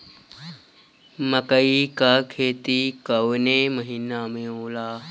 मकई क खेती कवने महीना में होला?